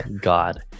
God